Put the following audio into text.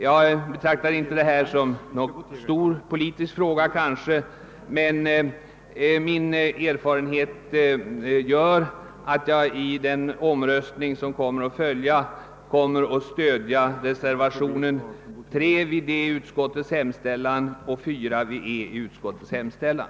Jag betraktar inte detta som någon stor politisk fråga, men min erfarenhet gör att jag vid den kommande omröstningen stöder reservationen HI vid D i utskottets hemställan och reservationen IV vid E i utskottets hemställan.